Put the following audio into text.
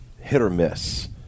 hit-or-miss